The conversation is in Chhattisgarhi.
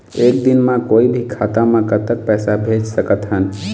एक दिन म कोई भी खाता मा कतक पैसा भेज सकत हन?